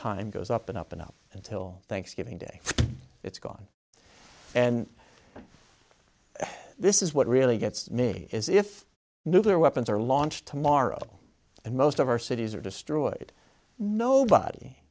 time goes up and up and up until thanksgiving day it's gone and this is what really gets me is if nuclear weapons are launched tomorrow and most of our cities are destroyed nobody